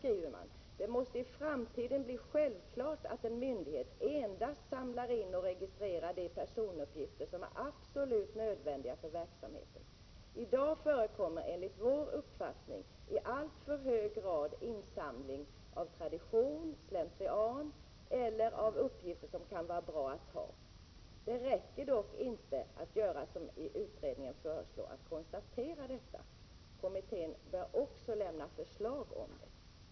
Där heter det: Det måste i framtiden bli självklart att myndighet endast samlar in och registrerar de personuppgifter som är absolut nödvändiga för verksamheten. I dag förekommer enligt vår uppfattning i alltför hög grad insamling av tradition, slentrian eller av uppgifter som det kanske kan vara bra att ha. Det räcker dock inte att göra som utredningen föreslår, att konstatera detta. Kommittén bör också lämna förslag om det.